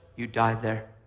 you die there.